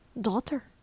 Daughter